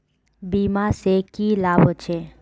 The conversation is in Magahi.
बीमा से की लाभ होचे?